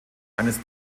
eines